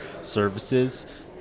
services